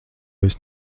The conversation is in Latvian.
esi